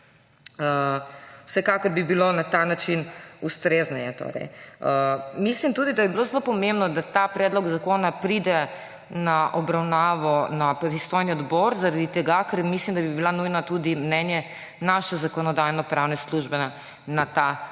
Vsekakor bi bilo na ta način ustrezneje. Mislim tudi da bi bilo zelo pomembno, da ta predlog zakona pride na obravnavo na pristojni odbor, ker mislim, da bi bilo nujno tudi mnenje naše zakonodajno-pravne službe na ta zakon.